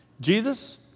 Jesus